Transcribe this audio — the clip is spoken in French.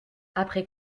après